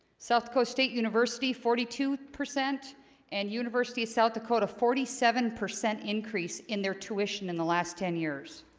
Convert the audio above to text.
south dakota state university forty two percent and university of south dakota forty seven percent increase in their tuition in the last ten years